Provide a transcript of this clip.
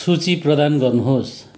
सूची प्रदान गर्नुहोस्